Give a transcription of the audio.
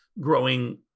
growing